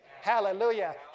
Hallelujah